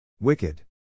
Wicked